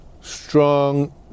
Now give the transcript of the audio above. strong